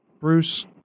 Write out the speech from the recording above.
Bruce